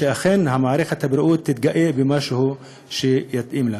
שאכן מערכת הבריאות תתגאה במשהו שיתאים לה.